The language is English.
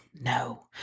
No